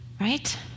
right